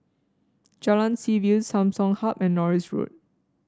Jalan Seaview Samsung Hub and Norris Road